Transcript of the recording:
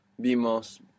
vimos